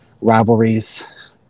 rivalries